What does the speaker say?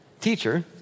Teacher